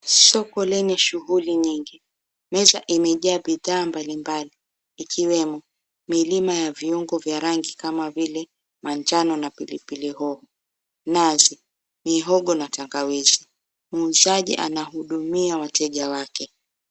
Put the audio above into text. Soko lenye shughuli nyingi meza imejaa bidhaa mbali mbali ikiwemo; milima ya viungo vya rangi kama vile manjano na pilipili hoho, 𝑛𝑎𝑧𝑖, mihogo na tangawizi. Muuzaji anahudumia wateja wake.